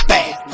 Bad